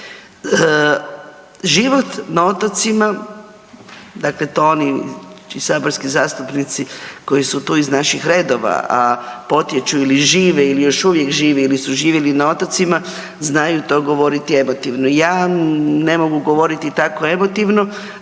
Život na otocima, dakle to oni saborski zastupnici koji su tu iz naših redova, a potječu ili žive ili još uvijek žive ili su živjeli na otocima znaju to govoriti emotivno. Ja ne mogu govoriti tako emotivno